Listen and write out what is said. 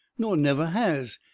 nor never has,